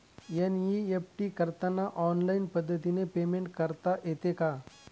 NEFT करताना online पद्धतीने payment करता येते का?